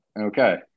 Okay